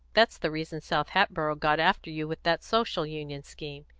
that's the reason south hatboro' got after you with that social union scheme.